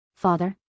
Father